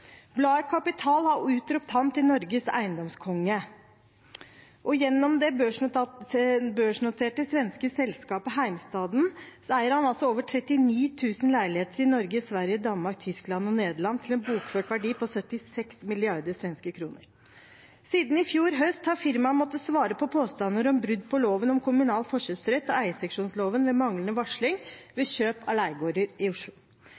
Bladet Kapital har utropt ham til Norges eiendomskonge, og gjennom det børsnoterte svenske selskapet Heimstaden eier han altså over 39 000 leiligheter i Norge, Sverige, Danmark, Tyskland og Nederland til en bokført verdi på 76 milliarder svenske kroner. Siden i fjor høst har firmaet måttet svare på påstander om brudd på lov om kommunal forkjøpsrett og eierseksjonsloven ved manglende varsling ved kjøp av leiegårder i Oslo.